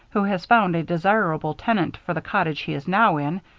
who has found a desirable tenant for the cottage he is now in,